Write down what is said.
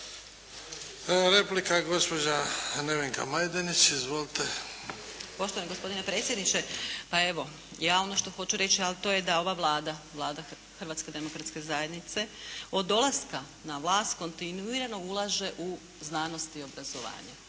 Replika, gospođa Nevenka Majdenić. Izvolite. **Majdenić, Nevenka (HDZ)** Poštovani gospodine predsjedniče, pa evo ono što hoću reći, a to je da ova Vlada, Vlada Hrvatske demokratske zajednice od dolaska na vlast kontinuirano ulaže u znanost i obrazovanje.